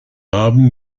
haben